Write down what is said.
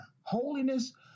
holiness